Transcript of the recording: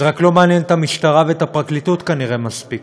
זה רק לא מעניין את המשטרה ואת הפרקליטות כנראה מספיק.